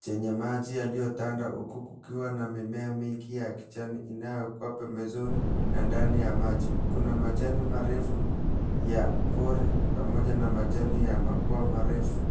chenye majina yaliyotanda huku kukiwana mimea mingi ya kijani inayokuwa pembezoni na ndani ya maji kuna majani marefu ya pori pamoja na majani ya mapua marefu.